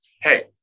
hey